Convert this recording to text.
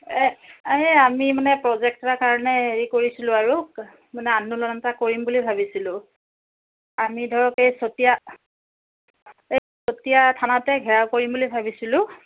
এই এই আমি মানে প্ৰজেক্ট এটাৰ কাৰণে হেৰি কৰিছিলোঁ আৰু মানে আন্দোলন এটা কৰিম বুলি ভাবিছিলোঁ আমি ধৰক এই চতিয়া এই চতিয়া থানাতেই ঘেৰাও কৰিম বুলি ভাবিছিলোঁ